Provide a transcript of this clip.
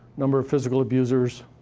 number of physical abusers.